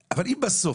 אבל אם בסוף,